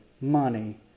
money